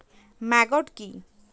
Maggot কি?